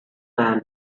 man